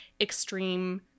extreme